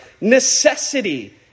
Necessity